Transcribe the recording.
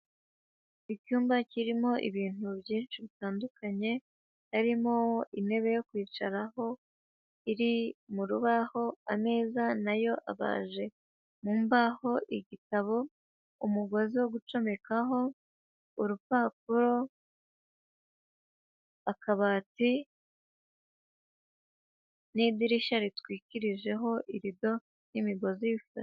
Icyumba kirimo ibintu byinshi bitandukanye. Harimo intebe yo kwicaraho iri mu rubaho, ameza na yo abaje mu mbaho, igitabo, umugozi wo gucomekaho, urupapuro, akabati, n'idirishya ritwikirijeho irido n'imigozi iriho.